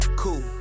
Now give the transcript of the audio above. cool